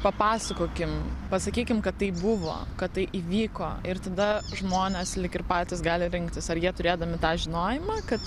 papasakokim pasakykim kad tai buvo kad tai įvyko ir tada žmonės lyg ir patys gali rinktis ar jie turėdami tą žinojimą kad